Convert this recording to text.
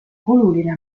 oluline